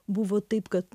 buvo taip kad